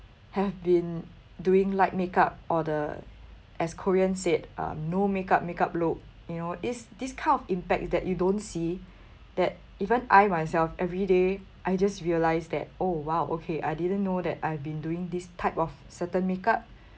have been doing light makeup or the as korean said um no-makeup makeup look you know it's this kind of impact is that you don't see that even I myself everyday I just realize that oh !wow! okay I didn't know that I've been doing this type of certain makeup